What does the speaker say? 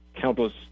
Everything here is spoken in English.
countless